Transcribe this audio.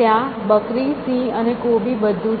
ત્યાં બકરી સિંહ અને કોબી બધું છે